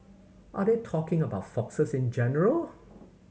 are they talking about foxes in general